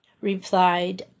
replied